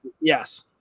Yes